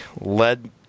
led